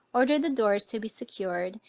ordered the doors to be secured,